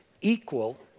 equal